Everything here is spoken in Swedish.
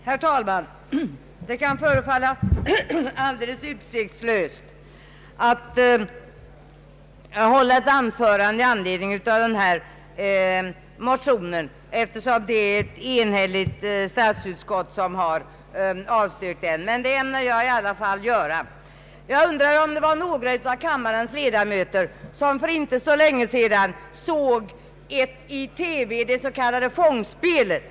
Herr talman! Det kan förefalla alldeles utsiktslöst att hålla ett anförande i anledning av den motion som är fogad till detta utskottsutlåtande eftersom ett enhälligt statsutskott har avstyrkt densamma, men det ämnar jag i alla fall göra. Jag undrar om det var några av kammarens ledamöter som för inte så länge sedan i TV såg det s.k. Fångspelet.